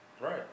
Right